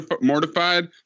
mortified